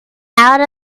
out